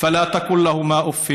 ואל תגער בהם,